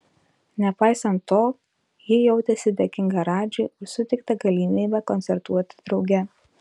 nepaisant to ji jautėsi dėkinga radžiui už suteikta galimybę koncertuoti drauge